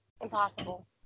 Impossible